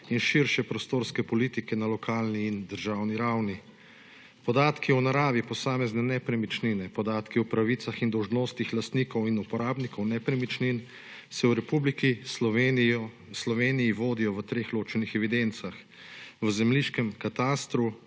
in širše prostorske politike na lokalni in državni ravni. Podatki o naravi posamezne nepremičnine, podatki o pravicah in dolžnostih lastnikov in uporabnikov nepremičnin se v Republiki Sloveniji vodijo v treh ločenih evidencah – v zemljiškem katastru,